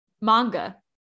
manga